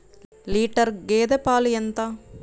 Litre గేదె పాలు ఎంత?